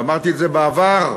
ואמרתי את זה בעבר,